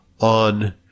on